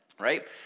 Right